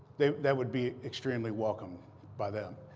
that would be extremely welcomed by them.